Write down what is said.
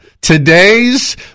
Today's